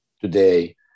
today